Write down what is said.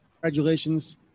Congratulations